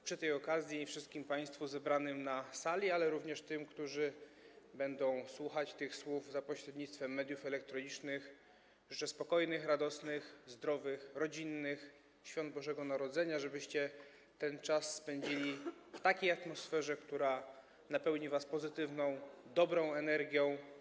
Przy tej okazji wszystkim państwu zebranym na sali, ale również tym, którzy będą słuchać tych słów za pośrednictwem mediów elektronicznych, życzę spokojnych, radosnych, zdrowych, rodzinnych świąt Bożego Narodzenia, żebyście ten czas spędzili w takiej atmosferze, która napełni was pozytywną, dobrą energią.